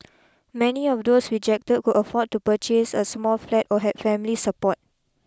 many of those rejected could afford to purchase a small flat or had family support